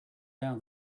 down